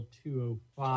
205